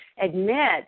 admit